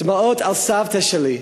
דמעות על סבתא שלי,